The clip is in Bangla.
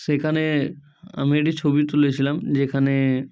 সেখানে আমি একটি ছবি তুলেছিলাম যেখানে